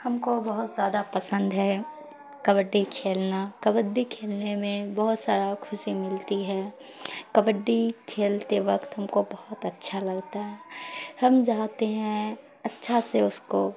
ہم کو بہت زیادہ پسند ہے کبڈی کھیلنا کبڈی کھیلنے میں بہت سارا خوشی ملتی ہے کبڈی کھیلتے وقت ہم کو بہت اچھا لگتا ہے ہم جاہتے ہیں اچھا سے اس کو